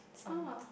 oh